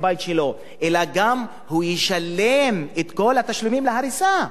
אלא גם הוא ישלם את כל התשלומים על ההריסה,